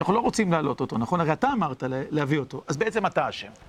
אנחנו לא רוצים להעלות אותו, נכון? הרי אתה אמרת להביא אותו. אז בעצם אתה אשם.